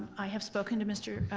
i have spoken to mr.